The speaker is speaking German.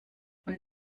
und